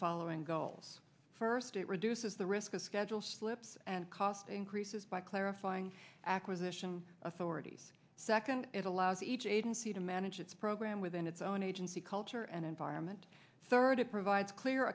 following goals first it reduces the risk of schedule slips and cost increases by clarifying acquisition authorities second it allows each agency to manage its program within its own agency culture and environment cert it